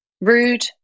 rude